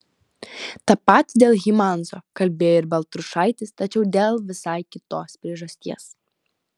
tą patį dėl hymanso kalbėjo ir baltrušaitis tačiau dėl visai kitos priežasties